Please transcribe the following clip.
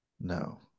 No